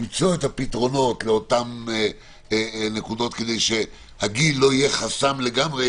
למצוא את הפתרונות לאותן נקודות כדי שהגיל לא יהיה חסם לגמרי,